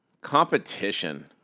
Competition